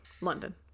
London